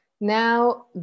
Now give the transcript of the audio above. Now